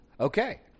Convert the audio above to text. Okay